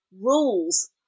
rules